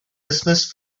dismissed